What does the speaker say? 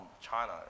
China